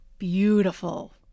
Beautiful